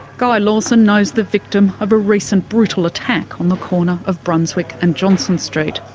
guy lawson knows the victim of a recent brutal attack on the corner of brunswick and johnston streets.